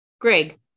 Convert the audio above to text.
greg